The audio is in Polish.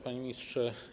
Panie Ministrze!